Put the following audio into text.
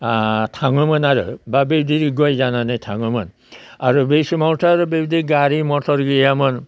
थाङोमोन आरो बा बिदि गय जानानै थाङोमोन आरो बै समावथ' आरो बेबिदि गारि मथर गैयामोन